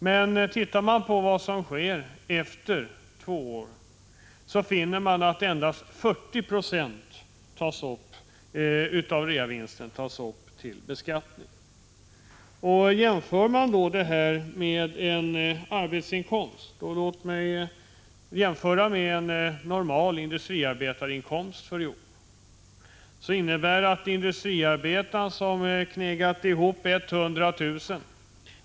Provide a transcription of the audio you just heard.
Men om man ser till vad som sker efter två år, så finner man att endast 40 20 av reavinsten tas upp till beskattning. Jämför man detta med en arbetsinkomst, och låt mig jämföra med en normal industriarbetarinkomst för i år, innebär detta att industriarbetaren som knegat ihop 100 000 kr.